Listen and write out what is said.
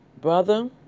Brother